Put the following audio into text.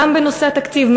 גם בנושא התקציב,